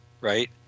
right